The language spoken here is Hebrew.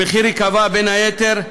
המחיר ייקבע, בין היתר,